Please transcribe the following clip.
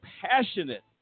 passionate